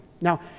Now